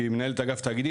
שהיא מנהלת אגף תאגידים,